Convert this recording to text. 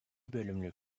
bölümlük